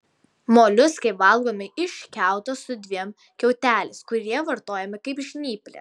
moliuskai valgomi iš kiauto su dviem kiauteliais kurie vartojami kaip žnyplės